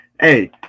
hey